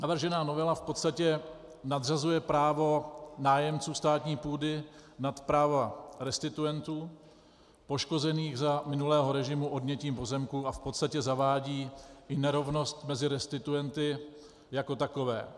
Navržená novela v podstatě nadřazuje právo nájemců státní půdy nad práva restituentů poškozených za minulého režimu odnětím pozemku a v podstatě zavádí nerovnost mezi restituenty jako takové.